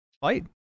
fight